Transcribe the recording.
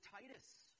Titus